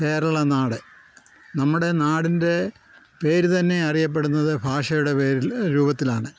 കേരള നാട് നമ്മുടെ നാടിൻ്റെ പേര് തന്നെ അറിയപ്പെടുന്നത് ഭാഷയുടെ പേരിൽ രൂപത്തിലാണ്